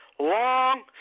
Long